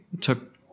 took